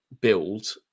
build